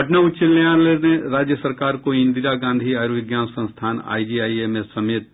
पटना उच्च न्यायालय ने राज्य सरकार को इंदिरा गांधी आयुर्विज्ञान संस्थान आईजीआईएमएस समेत